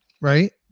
right